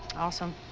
awesome.